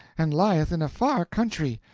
and lieth in a far country.